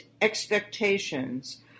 expectations